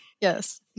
Yes